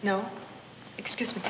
no excuse me